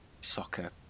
soccer